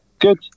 Good